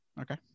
Okay